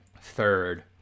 third